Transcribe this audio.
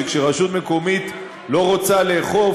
שכשרשות מקומית לא רוצה לאכוף,